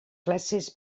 classes